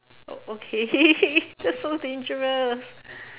okay that's so dangerous